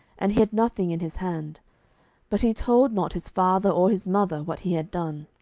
and he had nothing in his hand but he told not his father or his mother what he had done.